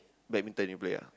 badminton you play ah